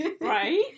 Right